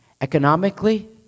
economically